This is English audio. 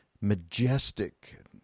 majestic